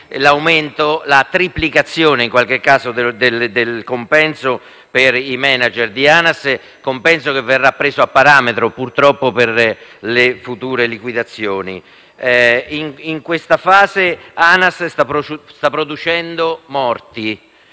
l'aumento (la triplicazione in qualche caso) del compenso per i *manager* di ANAS, compenso che purtroppo sarà preso a parametro per le future liquidazioni. In questa fase, ANAS sta producendo morti: